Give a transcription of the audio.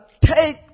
take